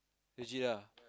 legit ah